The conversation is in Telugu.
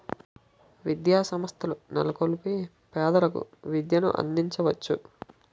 విద్యాసంస్థల నెలకొల్పి పేదలకు విద్యను అందించవచ్చు